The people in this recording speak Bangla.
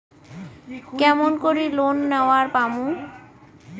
কেমন করি লোন নেওয়ার পামু?